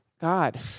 God